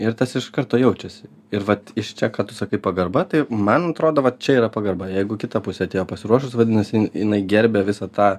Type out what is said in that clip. ir tas iš karto jaučiasi ir vat iš čia ką tu sakai pagarba tai man atrodo vat čia yra pagarba jeigu kita pusė atėjo pasiruošus vadinas jinai gerbia visą tą